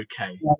okay